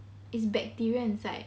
it's bacteria inside